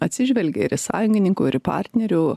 atsižvelgia ir į sąjungininkų ir į partnerių